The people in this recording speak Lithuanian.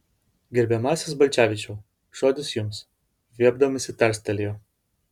gerbiamasis balcevičiau žodis jums viepdamasi tarstelėjo